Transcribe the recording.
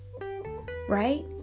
Right